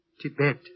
Tibet